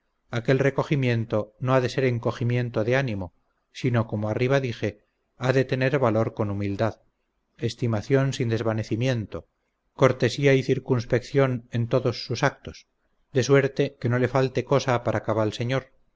aquel recogimiento no ha de ser encogimiento de ánimo sino como arriba dije ha de tener valor con humildad estimación sin desvanecimiento cortesía y circunspección en todos sus actos de suerte que no le falte cosa para cabal señor